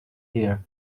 here